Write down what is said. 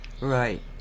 Right